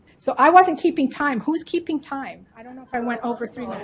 so i wasn't keeping time, who's keeping time? i don't know if i went over three